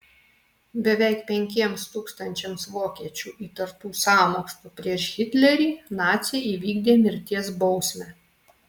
beveik penkiems tūkstančiams vokiečių įtartų sąmokslu prieš hitlerį naciai įvykdė mirties bausmę